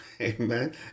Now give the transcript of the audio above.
Amen